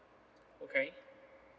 okay